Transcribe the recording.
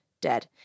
dead